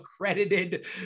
accredited